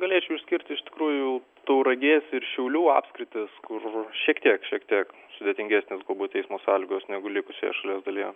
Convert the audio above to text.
galėčiau išskirti iš tikrųjų tauragės ir šiaulių apskritis kur šiek tiek šiek tiek sudėtingesnės galbūt eismo sąlygos negu likusioje šalies dalyje